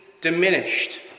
diminished